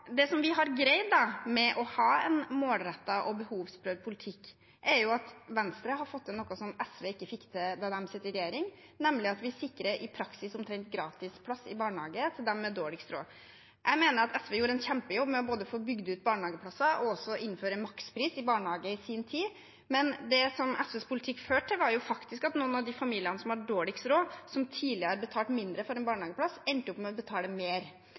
behovsprøvd politikk, er jo at Venstre har fått til noe som SV ikke fikk til da de satt i regjering, nemlig at vi i praksis sikrer omtrent gratis plass i barnehage for dem med dårligst råd. Jeg mener at SV gjorde en kjempejobb med både å få bygd ut barnehageplasser og innføre makspris i barnehage i sin tid, men det som SVs politikk førte til, var jo faktisk at noen av de familiene som hadde dårligst råd, og som tidligere betalte mindre for en barnehageplass, endte opp med å betale mer.